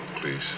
please